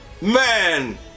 Man